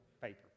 paper